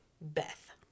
Beth